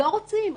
לא רוצים.